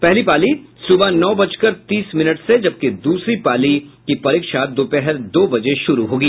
पहली पाली सुबह नौ बजकर तीस मिनट से जबकि दूसरी पाली की परीक्षा दोपहर दो बजे शुरू होगी